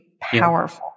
powerful